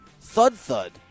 thud-thud